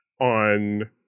on